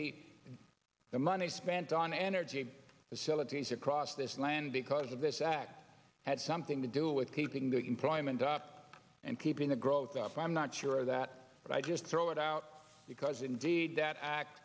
the money spent on energy facilities across this land because of this act had something to do with keeping the employment up and keeping the growth up i'm not sure that but i just throw it out because indeed that act